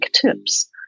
Tips